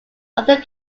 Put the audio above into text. other